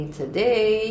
today